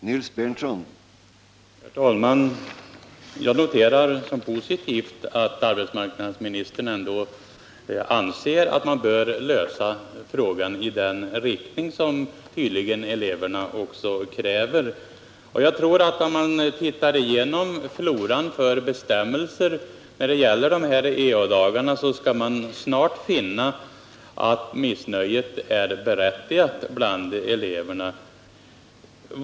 Herr talman! Jag noterar som positivt att arbetsmarknadsministern ändå anser att man bör lösa frågan i den riktning som eleverna kräver. Jag tror att om man ser igenom floran av bestämmelser när det gäller ea-dagarna skall man snart finna att missnöjet bland eleverna är berättigat.